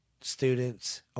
students